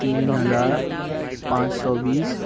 تین ہزار پانچ سو بیس